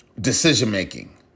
decision-making